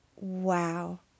Wow